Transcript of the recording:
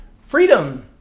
Freedom